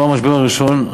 הוא לא המשבר הראשון,